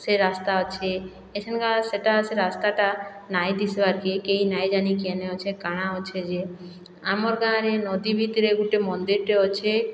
ସେ ରାସ୍ତା ଅଛେ ଏଛେନକା ସେଟା ସେ ରାସ୍ତାଟା ନାଇଁ ଦିଶବାରକେ କିଏ ନାଇଁ ଜାନି କେନ ଅଛେ କାଣା ଅଛେ ଯେ ଆମର ଗାଁ ରେ ନଦୀ ଭିତରେ ଗୁଟେ ମନ୍ଦିରଟେ ଅଛେ